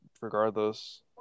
regardless